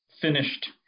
finished